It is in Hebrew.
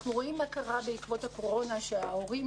אנחנו רואים מה קרה בעקבות הקורונה כאשר ההורים